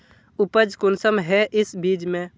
उपज कुंसम है इस बीज में?